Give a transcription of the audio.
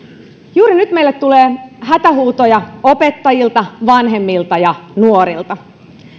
juuri nyt meille tulee hätähuutoja opettajilta vanhemmilta ja nuorilta